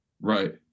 Right